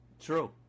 true